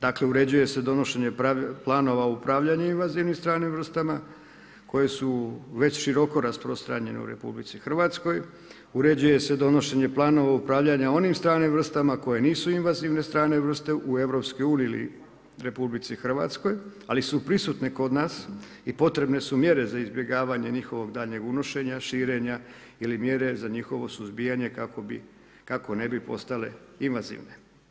Dakle, uređuje se donošenje planova upravljanja invazivnim stranim vrstama koje su već široko rasprostranjene u RH, uređuje se donošenje planova upravljanja onim stranim vrstama koje nisu invazivne strane vrsta u … RH ali su prisutne kod nas i potrebne su mjere za izbjegavanje njihovog danjeg unošenja, širenja ili mjere za njihovo suzbijanja, kako ne bi postale invazivne.